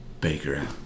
Baker